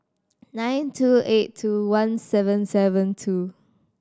nine two eight two one seven seven two